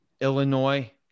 Illinois